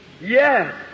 Yes